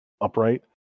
upright